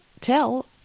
tell